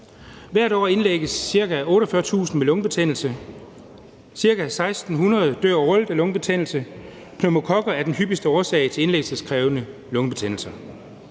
Hvert år indlægges ca. 48.000 med lungebetændelse, ca. 1.600 dør årligt af lungebetændelse, og pneumokokker er den hyppigste årsag til indlæggelseskrævende lungebetændelser.